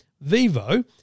Vivo